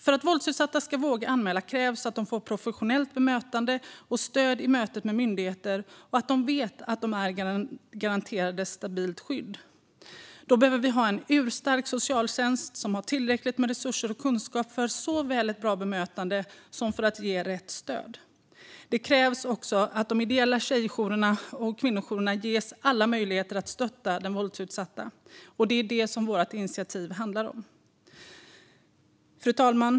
För att våldsutsatta ska våga anmäla krävs att de får ett professionellt bemötande och stöd i mötet med myndigheter och att de vet att de är garanterade ett stabilt skydd. För detta behöver vi ha en urstark socialtjänst som har tillräckligt med resurser och kunskap för att ge såväl ett bra bemötande som rätt stöd. Det krävs också att de ideella tjej och kvinnojourerna ges alla möjligheter att stötta den våldsutsatta. Det är detta vårt utskottsinitiativ handlar om. Fru talman!